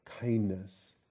kindness